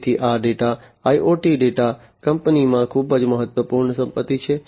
તેથી આ data IoT data કંપનીમાં ખૂબ જ મહત્વપૂર્ણ સંપત્તિ છે